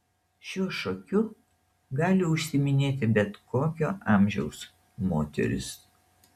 šiuo šokiu gali užsiiminėti bet kokio amžiaus moterys